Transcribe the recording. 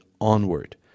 onward